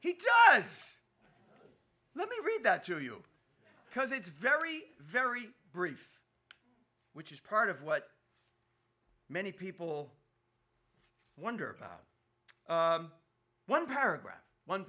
was let me read that to you because it's very very brief which is part of what many people wonder about one paragraph one